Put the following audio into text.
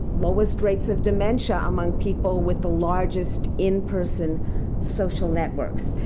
lowest rates of dementia among people with the largest in-person social networks.